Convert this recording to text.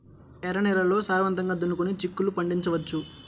ఎర్ర నేలల్లో సారవంతంగా దున్నుకొని చిక్కుళ్ళు పండించవచ్చు